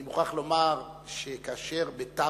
אני מוכרח לומר שכאשר בתב"ע,